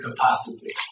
capacity